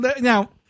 now